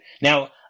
Now